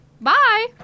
Bye